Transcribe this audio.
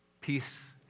Peace